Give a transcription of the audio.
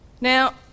Now